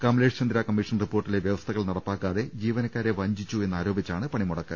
Kamlesh Chandra commission റിപ്പോർട്ടിലെ വൃവസ്ഥകൾ നടപ്പാക്കാതെ ജീവനക്കാരെ വഞ്ചിച്ചു എന്നാരോപിച്ചാണ് പണിമുടക്ക്